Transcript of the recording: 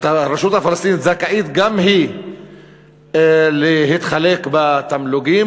הרשות הפלסטינית זכאית גם היא להתחלק בתמלוגים